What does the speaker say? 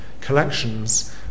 collections